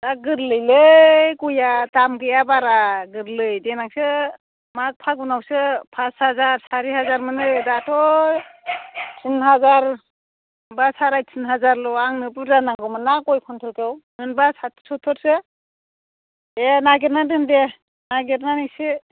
दा गोरलै गयआ दाम गैया बारा गोरलै देनांसो माग फागुनावसो पास हाजार सारि हाजार मोनो दाथ' तिन हाजार एबा साराइ तिन हाजारल' आंनो बुरजा नांगौमोनना गय कुन्टेलखौ मोनब्ला साथि सुत्तुरसो दे नागिरना दोन दे नागिरनानै एसे